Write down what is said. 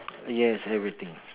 yes everything